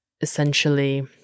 essentially